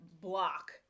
block